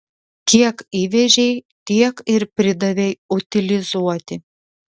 kiek įvežei tiek ir pridavei utilizuoti